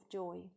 joy